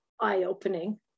eye-opening